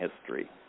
history